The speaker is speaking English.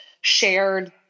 Shared